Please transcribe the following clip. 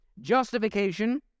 Justification